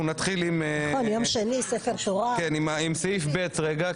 אנחנו נתחיל עם סעיף ב' --- רגע,